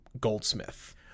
Goldsmith